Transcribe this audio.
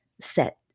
set